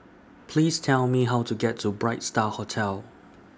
Please Tell Me How to get to Bright STAR Hotel